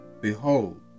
Behold